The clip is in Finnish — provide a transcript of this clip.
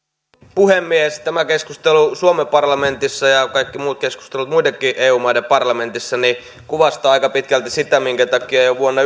puhemies tämä keskustelu suomen parlamentissa ja ja kaikki muut keskustelut muidenkin eu maiden parlamenteissa kuvastavat aika pitkälti sitä minkä takia jo vuonna